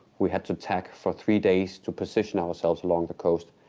we had to tack for three days to position ourselves along the coast.